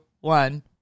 one